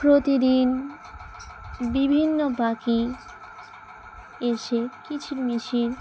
প্রতিদিন বিভিন্ন পাখি এসে কিচিরমিচির